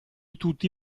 tutti